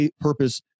Purpose